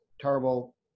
terrible